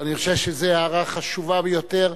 אני חושב שזו הערה חשובה ביותר.